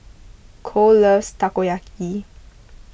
Kole loves Takoyaki